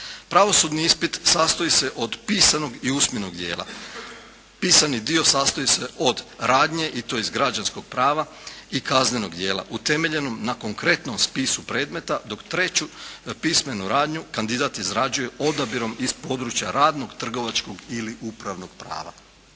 Pravosudni ispit sastoji se od pismenog i usmenog dijela. Pisani dio sastoji se od radnje i to iz građanskog prava i kaznenog djela utemeljenom na konkretnom spisu predmeta dok treću pismenu radnju kandidat izrađuje odabirom iz područja radnog, trgovačkog ili upravnog prava.